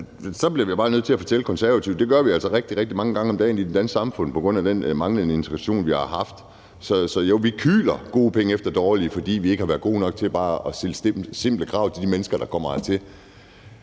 så bliver vi bare nødt til at fortælle Konservative, at det gør vi altså rigtig, rigtig mange gange om dagen i det danske samfund på grund af den manglende integration, vi har haft. Så jo, vi kyler gode penge efter dårlige, fordi vi ikke har været gode nok til bare at stille simple krav til de mennesker, der kommer hertil.